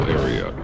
area